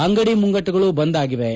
ಅಂಗಡಿ ಮುಂಗಟ್ಟುಗಳು ಬಂದ್ ಆಗಿವೆ